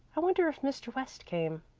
i wonder if mr. west came.